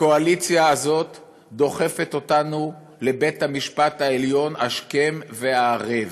הקואליציה הזאת דוחפת אותנו לבית-המשפט העליון השכם והערב,